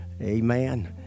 Amen